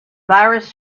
virus